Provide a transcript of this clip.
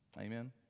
amen